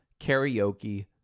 karaoke